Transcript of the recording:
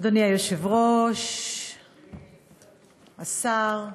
אדוני היושב-ראש, השר,